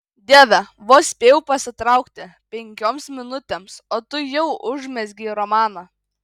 dieve vos spėjau pasitraukti penkioms minutėms o tu jau užmezgei romaną